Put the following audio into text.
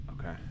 Okay